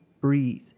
breathe